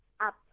up